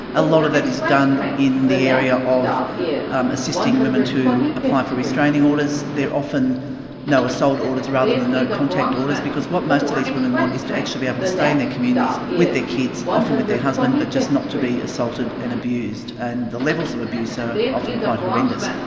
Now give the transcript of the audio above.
a lot of that is done in the area of assisting women to apply for restraining orders, they're often no assault orders, rather than no contact orders because what most of these women want is to actually be able to stay in their communities with their kids, often with their husband, but just not to be assaulted and abused. and the levels of abuse are often quite horrendous.